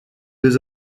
deux